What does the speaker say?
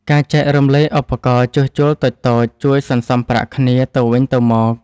ការចែករំលែកឧបករណ៍ជួសជុលតូចៗជួយសន្សំប្រាក់គ្នាទៅវិញទៅមក។